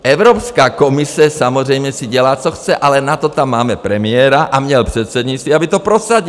Evropská komise si samozřejmě dělá, co chce, ale na to tam máme premiéra, a měl předsednictví, aby to prosadil.